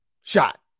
Shot